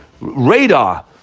radar